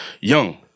young